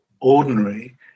ordinary